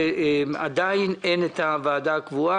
כי עדיין אין את הוועדה הקבוע.